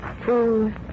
food